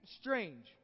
strange